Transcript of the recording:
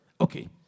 Okay